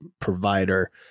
provider